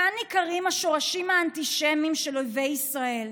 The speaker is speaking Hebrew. כאן ניכרים השורשים האנטישמיים של אויבי ישראל.